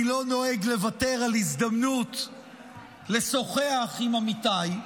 אני לא נוהג לוותר על ההזדמנות לשוחח עם עמיתיי,